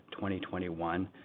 2021